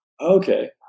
Okay